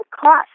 cost